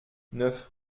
neuf